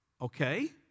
okay